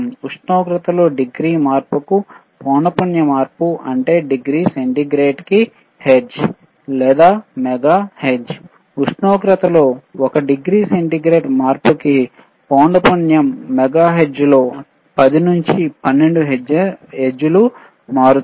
ఉష్ణోగ్రతలో డిగ్రీ మార్పుకు పౌనఃపుణ్యము మార్పు అంటే డిగ్రీ సెంటీగ్రేడ్ కి హెర్ట్జ్ లేదా మెగా హెర్ట్జ్ ఉష్ణోగ్రతలో 1 డిగ్రీ సెంటీగ్రేడ్ మార్పు కి పౌన పున్యం మెగాహెర్ట్జ్లో 10 నుంచి 12 హెర్ట్జ్ లు మారుతుంది